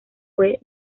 fue